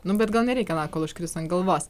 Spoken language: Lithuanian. nu bet gal nereikia laukt kol užkris ant galvos